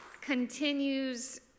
continues